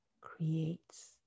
creates